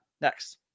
next